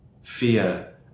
fear